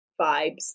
vibes